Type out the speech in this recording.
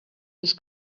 his